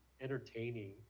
entertaining